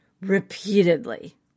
repeatedly